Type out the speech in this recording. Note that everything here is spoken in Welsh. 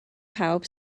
pawb